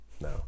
No